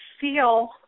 feel